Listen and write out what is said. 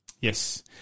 Yes